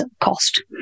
cost